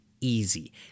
easy